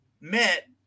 met